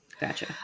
Gotcha